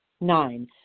Nine